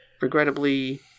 regrettably